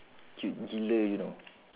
cute gila you know